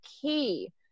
key